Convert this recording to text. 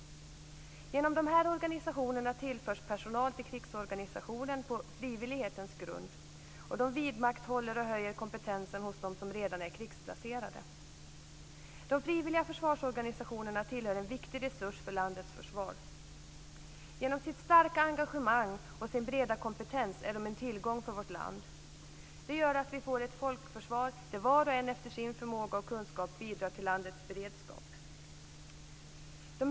Genom dessa organisationer tillförs personal till krigsorganisationen på frivillighetens grund, och de vidmakthåller och höjer kompetensen hos dem som redan är krigsplacerade. De frivilliga försvarsorganisationerna tillför en viktig resurs för landets försvar. Genom sitt starka engagemang och sin breda kompetens är de en tillgång för vårt land. Det gör att vi får ett folkförsvar där var och en efter sin förmåga och kunskap bidrar till landets beredskap.